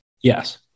Yes